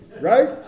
Right